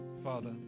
Father